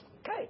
Okay